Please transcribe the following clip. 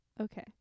Okay